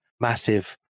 massive